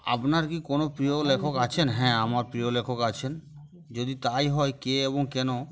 আপনার কি কোনো প্রিয় লেখক আছেন হ্যাঁ আমার প্রিয় লেখক আছেন যদি তাই হয় কে এবং কেন